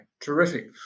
terrific